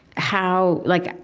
how like,